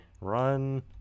Run